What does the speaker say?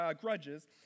grudges